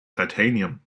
titanium